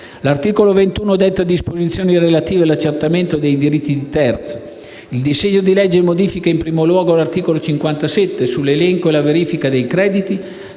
L'articolo 21 detta disposizioni relative all'accertamento dei diritti dei terzi. Il disegno di legge modifica in primo luogo l'articolo 57, sull'elenco e la verifica dei crediti,